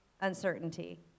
Uncertainty